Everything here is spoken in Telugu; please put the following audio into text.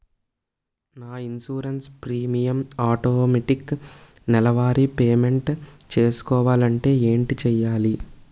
నా ఇన్సురెన్స్ ప్రీమియం ఆటోమేటిక్ నెలవారి పే మెంట్ చేసుకోవాలంటే ఏంటి చేయాలి?